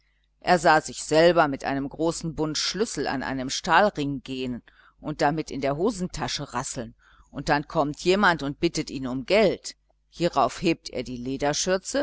er sah sich selber mit einem großen bund schlüssel an einem stahlring gehen und damit in der hosentasche rasseln und dann kommt jemand und bittet ihn um geld hierauf hebt er die lederschürze